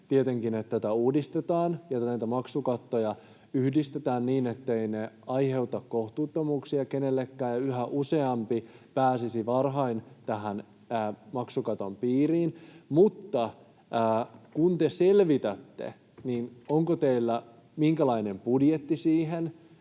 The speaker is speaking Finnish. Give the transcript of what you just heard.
tätä uudistetaan ja näitä maksukattoja yhdistetään niin, etteivät ne aiheuta kohtuuttomuuksia kenellekään ja yhä useampi pääsisi varhain maksukaton piiriin. Mutta kun te selvitätte, niin onko teillä minkälainen budjetti siihen